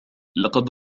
لقد